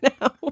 now